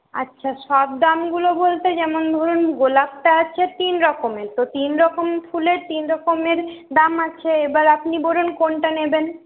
আচ্ছা সব দামগুলো বলতে যেমন ধরুন গোলাপটা আছে তিন রকমের তো তিন রকম ফুলের তিন রকমের দাম আছে এবার আপনি বলুন কোনটা নেবেন